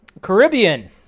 Caribbean